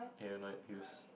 can you not use